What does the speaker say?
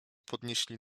podnieśli